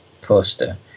poster